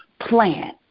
plan